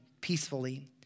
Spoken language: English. peacefully